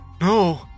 No